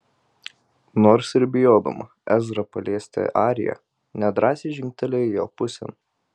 nors ir bijodama ezrą paliesti arija nedrąsiai žingtelėjo jo pusėn